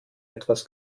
etwas